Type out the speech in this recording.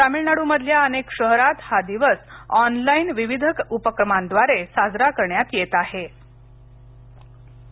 तमिळनाडू मधल्या अनेक शहरात हा दिवस ओनलाईन विविध उपक्रमांद्वारे साजरा करण्यात येतआहेत